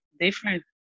different